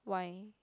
why